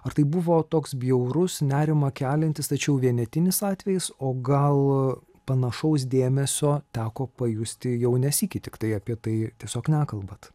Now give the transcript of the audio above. ar tai buvo toks bjaurus nerimą keliantis tačiau vienetinis atvejis o gal panašaus dėmesio teko pajusti jau ne sykį tiktai apie tai tiesiog nekalbat